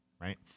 right